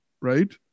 right